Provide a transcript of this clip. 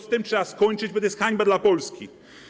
Z tym trzeba skończyć, bo to jest hańba dla Polski.